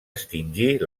extingir